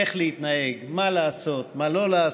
איך להתנהג, מה לעשות, מה לא לעשות.